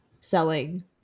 selling